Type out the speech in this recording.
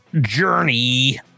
journey